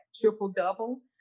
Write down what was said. triple-double